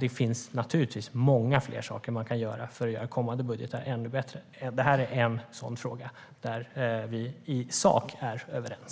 Det finns givetvis mycket man kan göra för att kommande budgetar ska bli ännu bättre. Lönestödet är en sådan fråga, och där är vi i sak överens.